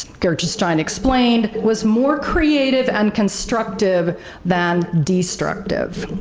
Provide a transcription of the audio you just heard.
gertrude stein explained, was more creative and constructive than destructive.